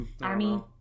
Army